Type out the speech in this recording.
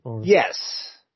Yes